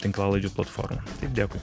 tinklalaidžių platformą dekui